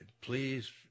please